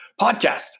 podcast